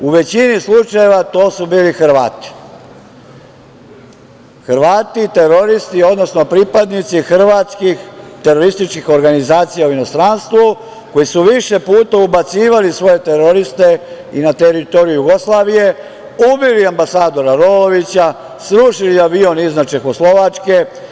U većini slučajeva to su bili Hrvati, Hrvati teroristi, odnosno pripadnici hrvatskih terorističkih organizacija u inostranstvu koji su više puta ubacivali svoje teroriste i na teritoriju Jugoslaviju, ubili ambasadora Rovovića, srušili avion iznad Čehoslovačke.